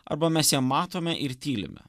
arba mes ją matome ir tylime